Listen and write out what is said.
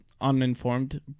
uninformed